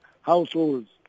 households